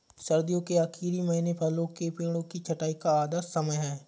सर्दियों के आखिरी महीने फलों के पेड़ों की छंटाई का आदर्श समय है